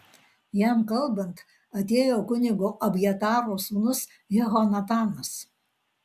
jam kalbant atėjo kunigo abjataro sūnus jehonatanas